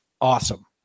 awesome